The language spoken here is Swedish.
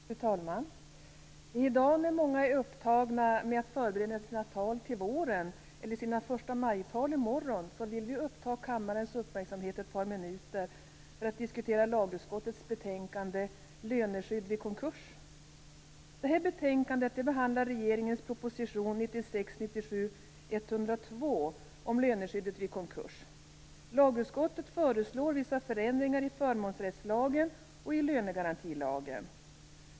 Fru talman! I dag när så många är upptagna med att förbereda sina tal till våren eller sina förstamajtal i morgon vill vi uppta kammarens uppmärksamhet ett par minuter för att diskutera lagutskottets betänkande om löneskydd vid konkurs. 1996/97:102 om löneskyddet vid konkurs. Lagutskottet föreslår vissa förändringar i förmånsrättslagen och i lönegarantilagen.